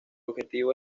objetivo